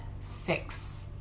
six